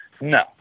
No